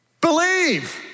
Believe